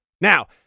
Now